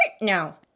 no